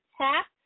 tap